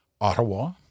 Ottawa